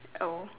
oh